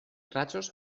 rajos